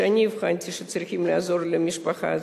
שאני אבחנתי שצריכים לעזור למשפחה הזאת.